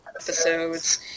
episodes